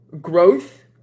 growth